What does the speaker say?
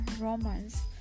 romance